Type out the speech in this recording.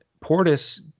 Portis